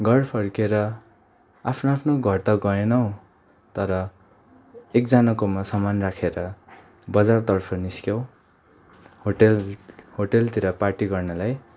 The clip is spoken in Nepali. घर फर्केर आफ्नो आफ्नो घर त गएनौँ तर एकजनाकोमा सामान राखेर बजारतर्फ निस्क्यौँ होटेल होटेलतिर पार्टी गर्नलाई